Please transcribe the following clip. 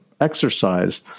exercise